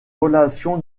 relation